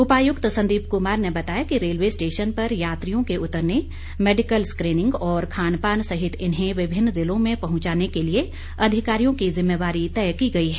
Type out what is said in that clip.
उपायुक्त संदीप कुमार ने बताया कि रेलवे स्टेशन पर यात्रियों के उतरने मैडिकल स्क्रीनिंग और खान पान सहित इन्हें विभिन्न ज़िलों में पहुंचाने के लिए अधिकारियों की जिम्मेवारी तय की गई है